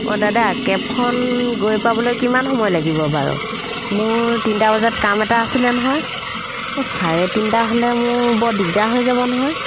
অঁ দাদা কেবখন গৈ পাবলৈ কিমান সময় লাগিব বাৰু মোৰ তিনিটা বজাত কাম এটা আছিলে নহয় অ' চাৰে তিনিটা হ'লে মোৰ বৰ দিগদাৰ হৈ যাব নহয়